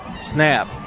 Snap